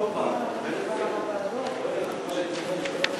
את הצעת חוק הרשויות המקומיות (בחירות)